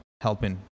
helping